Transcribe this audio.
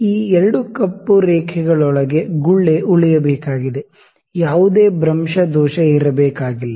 ಈ ಕಪ್ಪು ರೇಖೆಗಳೊಳಗೆ ಗುಳ್ಳೆ ಉಳಿಯಬೇಕಾಗಿದೆ ಯಾವುದೇ ಪ್ಯಾರಲ್ಲಕ್ಸ್ ಎರರ್ ಇರಬೇಕಾಗಿಲ್ಲ